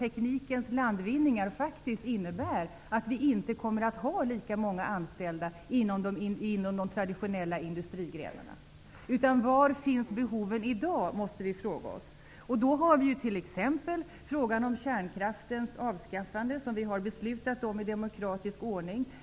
Teknikens landvinningar gör att vi inte längre kommer att ha lika många anställda inom de traditionella industrigrenarna. Vi måste fråga oss: Var finns behoven i dag? Vi har t.ex. i demokratisk ordning beslutat om kärnkraftens avskaffande.